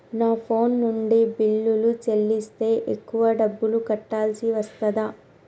నా ఫోన్ నుండి బిల్లులు చెల్లిస్తే ఎక్కువ డబ్బులు కట్టాల్సి వస్తదా?